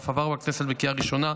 ואף עבר בכנסת בקריאה ראשונה.